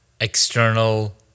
external